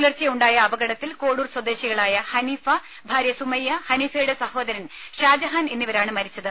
പുലർച്ചെ ഉണ്ടായ അപകടത്തിൽ കോഡൂർ സ്വദേശികളായ ഹനീഫ ഭാര്യ സുമയ്യ ഹനീഫയുടെ സഹോദരൻ ഷാജഹാൻ എന്നിവരാണ് മരിച്ചത്